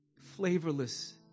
flavorless